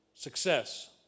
success